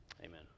amen